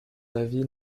avis